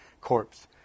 corpse